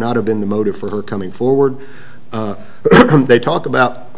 not have been the motive for her coming forward they talk about